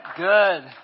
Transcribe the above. Good